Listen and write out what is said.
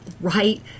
right